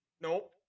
Nope